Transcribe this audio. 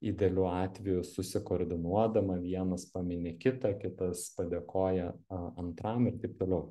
idealiu atveju susikoordinuodama vienas pamini kitą kitas padėkoja a antram ir taip toliau